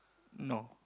no